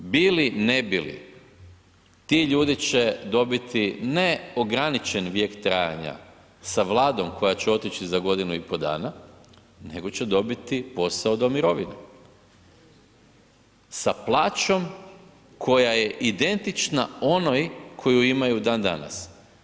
Bili ne bili ti ljudi će dobiti ne ograničen vijek trajanja sa vladom koja će otići za 1,5 godinu, nego će dobiti posao do mirovine, sa plaćom koja je identična onoj koju imaju dan danas.